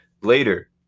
later